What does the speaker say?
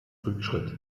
rückschritt